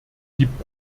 gibt